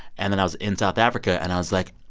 and then i was in south africa, and i was like,